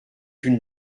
une